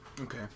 Okay